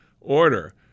order